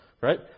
right